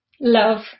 love